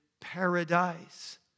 paradise